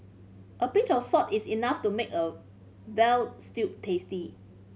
a pinch of salt is enough to make a veal stew tasty